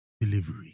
delivery